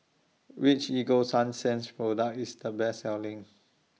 Which Ego Sunsense Product IS The Best Selling